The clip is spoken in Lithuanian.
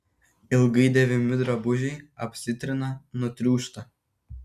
ilgai dėvimi drabužiai apsitrina nutriūšta